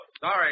sorry